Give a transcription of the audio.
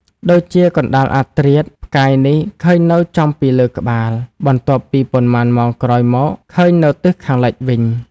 ដូចជាកណ្ដាលអាធ្រាត្រផ្កាយនេះឃើញនៅចំពីលើក្បាល បន្ទាប់ពីប៉ុន្មានម៉ោងក្រោយមកឃើញនៅទិសខាងលិចវិញ ។